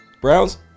Browns